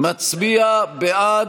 הצבעה.